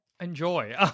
Enjoy